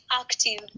active